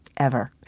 ever.